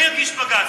מי יגיש בג"ץ?